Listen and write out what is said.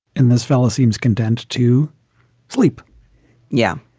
and this fellow seems content to sleep yeah.